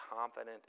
confident